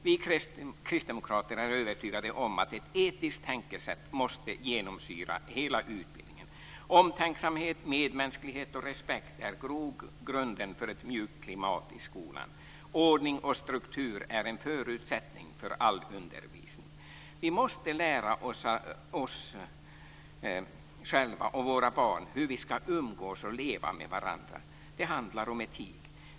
Vi kristdemokrater är övertygade om att ett etiskt tänkesätt måste genomsyra hela utbildningen. Omtänksamhet, medmänsklighet och respekt är grogrunden för ett mjukt klimat i skolan. Ordning och struktur är en förutsättning för all undervisning. Vi måste lära oss själva och våra barn hur vi ska umgås och leva med varandra. Det handlar om etik.